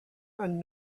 and